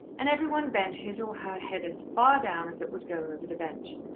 and every one bent his or her head as far down as it would go over the bench.